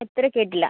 എത്ര കേട്ടില്ല